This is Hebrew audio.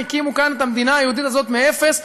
הקימו כאן את המדינה היהודית הזאת מאפס,